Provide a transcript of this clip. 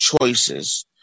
choices